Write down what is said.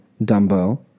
Dumbo